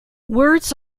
words